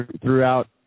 throughout